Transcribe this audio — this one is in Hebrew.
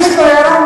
אז יש פה הערה,